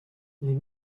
les